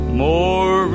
more